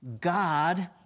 God